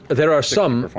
there are some.